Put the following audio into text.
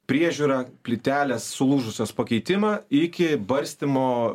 priežiūrą plytelės sulūžusios pakeitimą iki barstymo